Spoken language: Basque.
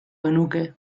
genuke